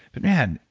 but man,